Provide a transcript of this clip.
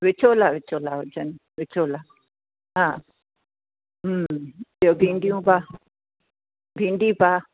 विचोला विचोला हुजनि विचोला हा हूं ॿियो भींडियूं पाउ भिंडी पाउ